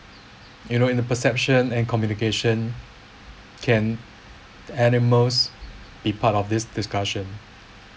you know in the perception and communication can animals be part of this discussion